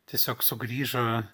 tiesiog sugrįžo